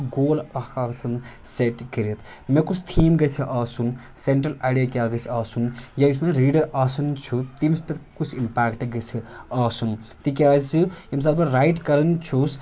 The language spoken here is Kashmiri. گول اَکھ آسان سٮ۪ٹ کٔرِتھ مےٚ کُس تھیٖم گَژھِ آسُن سیٚنٹرٛل آیڈِیا کیاہ گژھِ آسُن یا یُس مےٚ ریٖڈر آسان چھُ تٔمِس پٮ۪ٹھ کُس اِمپیٚکٹ گَژھِ آسُن تکیازِ ییٚمہِ ساتہٕ بہٕ رایٹ کَران چھُس